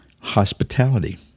hospitality